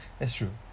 that's true